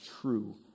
true